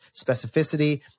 specificity